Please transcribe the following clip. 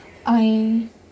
I